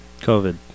COVID